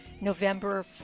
November